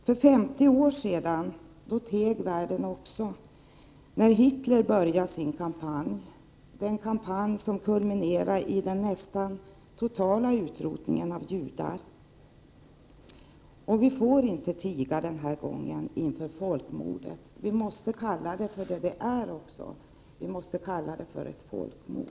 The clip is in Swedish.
För 50 år sedan teg världen också när Hitler började sin kampanj, den kampanj som kulminerade i den nästan totala utrotningen av judar. Vi får inte tiga den här gången inför folkmordet. Vi måste kalla det för vad det är, dvs. ett folkmord.